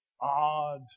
odd